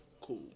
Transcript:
cool